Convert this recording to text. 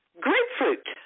Grapefruit